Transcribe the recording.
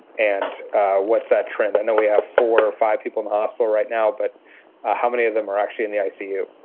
and what's that trend? i know we have four or five people in the hospital right now, but how many of them are actually in the icu?